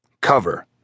Cover